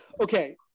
Okay